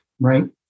right